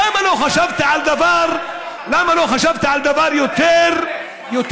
למה לא חשבת על דבר, למה לא חשבת על דבר יותר קל?